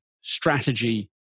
strategy